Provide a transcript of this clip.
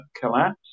collapse